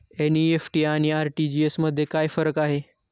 NEFT आणि RTGS मध्ये काय फरक आहे?